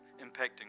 impacting